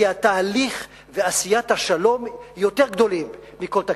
כי התהליך ועשיית השלום יותר גדולים מכל תקרית.